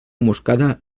moscada